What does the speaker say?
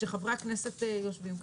כשחברי הכנסת יושבים כאן,